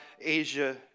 Asia